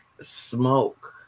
smoke